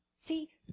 See